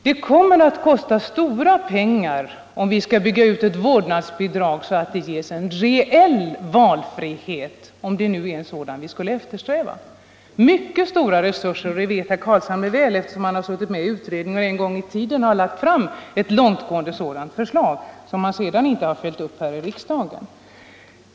Det kommer att kosta stora pengar om vi skall bygga ut ett vårdnadsbidrag så att det skapar en reell valfrihet, om det nu är en sådan vi skall eftersträva. Det krävs mycket stora resurser, och det vet herr Carlshamre mycket väl eftersom han suttit med i utredningen som behandlat familjepolitiken och en gång i tiden lagt fram ett långtgående förslag om vårdnadsbidrag, som han sedan inte följde upp här i riksdagen.